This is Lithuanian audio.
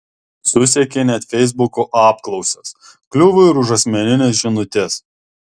susekė net feisbuko apklausas kliuvo ir už asmenines žinutes